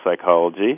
psychology